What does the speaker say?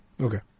Okay